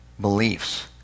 beliefs